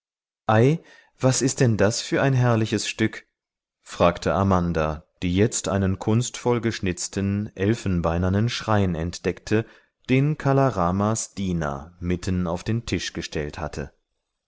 ei was ist denn das für ein herrliches stück fragte amanda die jetzt einen kunstvoll geschnitzten elfenbeinernen schrein entdeckte den kala ramas diener mitten auf den tisch gestellt hatte